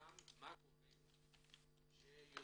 וגם מה הגורם לאלימות.